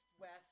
west